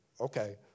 okay